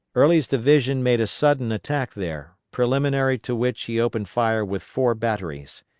early's division made a sudden attack there, preliminary to which he opened fire with four batteries.